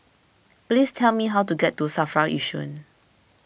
please tell me how to get to Safra Yishun